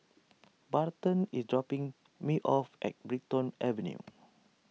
Barton is dropping me off at Brighton Avenue